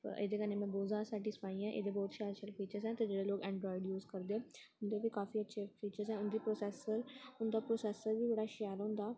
एह्दे कन्नै में बौह्त जादा स्टैस्फाई आं होर एह्दे बौह्त शैल शैल फीचर न ते जेह्ड़े लोग ऐंडरायड यूज़ करदे न उं'दे बी काफी अच्छे फीचर्स न उं'दे प्रोसैसर उं'दा प्रोसैसर बी बड़ा शैल होंदा